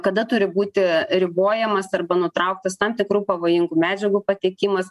kada turi būti ribojamas arba nutrauktas tam tikrų pavojingų medžiagų patekimas